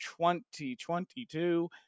2022